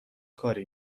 کاری